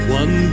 one